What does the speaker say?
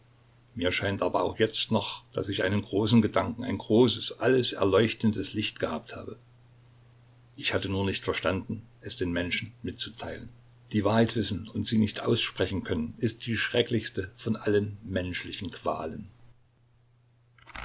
mir scheint aber auch jetzt noch daß ich einen großen gedanken ein großes alles erleuchtendes licht gehabt habe ich hatte nur nicht verstanden es den menschen mitzuteilen die wahrheit wissen und sie nicht aussprechen können ist die schrecklichste von allen menschlichen qualen